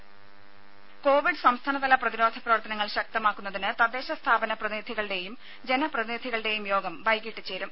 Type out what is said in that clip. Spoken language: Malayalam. രേര കോവിഡ് സംസ്ഥാനതല പ്രതിരോധ പ്രവർത്തനങ്ങൾ ശക്തമാക്കുന്നതിന് തദ്ദേശ സ്ഥാപന പ്രതിനിധികളുടെയും ജനപ്രതിനിധികളുടെയും യോഗം വൈകിട്ട് ചേരും